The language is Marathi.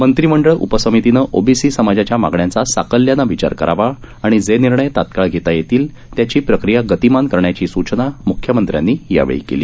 मंत्रिमं ळ उपसमितीनं ओबीसी समाजाच्या मागण्यांचा साकल्याने विचार करावा आणि जे निर्णय तत्काळ घेता येतील त्याची प्रक्रिया गतिमान करण्याची सूचना म्ख्यमंत्र्यांनी यावेळी केली